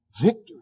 Victory